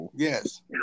Yes